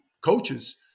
coaches